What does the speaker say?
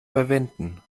verwenden